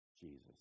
Jesus